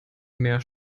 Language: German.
mehr